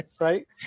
right